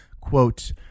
quote